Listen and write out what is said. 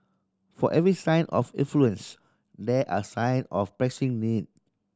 for every sign of affluence there are sign of pressing need